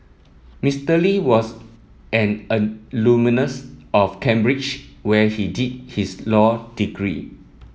Mister Lee was an alumnus of Cambridge where he did his law degree